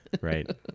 Right